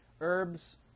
herbs